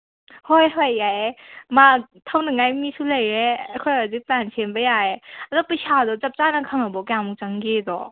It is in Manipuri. ꯍꯣꯏ ꯍꯣꯏ ꯌꯥꯏ ꯌꯥꯏ ꯊꯧꯅꯤꯡꯉꯥꯏ ꯃꯤꯁꯨ ꯂꯩꯔꯦ ꯑꯩꯈꯣꯏ ꯑꯗꯨ ꯇꯥꯟꯅ ꯁꯦꯝꯕ ꯌꯥꯏ ꯑꯗꯣ ꯄꯩꯁꯥꯗꯣ ꯆꯞ ꯆꯥꯅ ꯈꯪꯉꯕꯣ ꯀꯌꯥꯃꯨꯛ ꯆꯪꯒꯦꯗꯣ